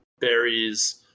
berries